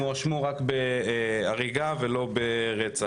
הם הואשמו רק בהריגה ולא ברצח.